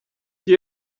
que